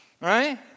right